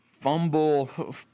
fumble